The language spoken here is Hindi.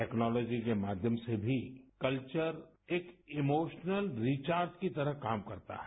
टेक्नोलोजी के माध्यम से भी कल्वर एक इमोशनल रिचार्ज की तरह काम करता है